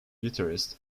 guitarist